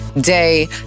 Day